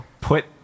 Put